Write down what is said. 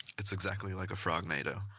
it's exactly like a frognado.